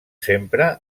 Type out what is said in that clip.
sempre